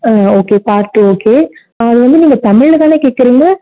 அ okay part two okay வந்து நீங்கள் தமிழில்தான கேட்குறீங்க